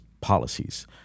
policies